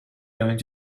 going